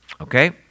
Okay